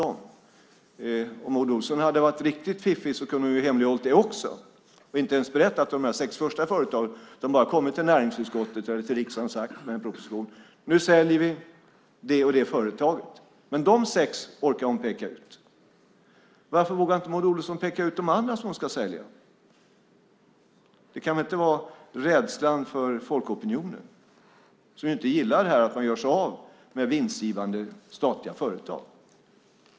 Om Maud Olofsson hade varit riktigt fiffig hade hon kunnat hemlighålla det också och inte ens berättat om de sex första företagen utan bara kommit till näringsutskottet eller kommit till riksdagen med en proposition och talat om vilka företag som man skulle sälja. Men dessa sex företag orkade hon peka ut. Varför vågar hon inte peka ut de andra som hon ska sälja? Det kan väl inte vara av rädsla för folkopinionen, som inte gillar att man gör sig av med vinstgivande statliga företag?